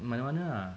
mana-mana ah